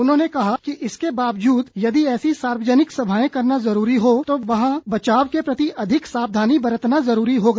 उन्होंने कहा कि इसके बावजूद यदि ऐसी सार्वजनिक सभाए करना जरूरी हो तो वहां बचाव के प्रति अधिक सावधानी बरतना जरूरी होगा